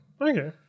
Okay